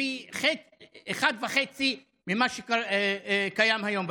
פי אחד וחצי ממה שקיים היום.